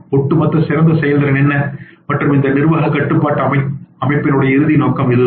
ஒட்டுமொத்த சிறந்த செயல்திறன் என்ன மற்றும் இந்த நிர்வாக கட்டுப்பாட்டு அமைப்பின் இறுதி நோக்கம் இதுதான்